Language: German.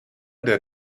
der